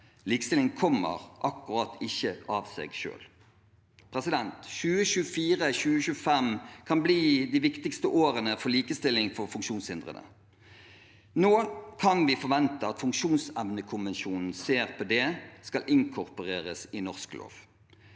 likestilling kommer ikke akkurat av seg selv. 2024–2025 kan bli de viktigste årene for likestilling for funksjonshindrede. Nå kan vi forvente at funksjonsevnekonvensjonen CRPD skal inkorporeres i norsk lov.